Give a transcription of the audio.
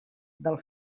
del